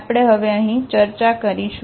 આપણે હવે અહીં ચર્ચા કરીશું